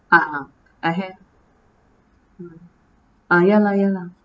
ah I have mm ah ya lah ya lah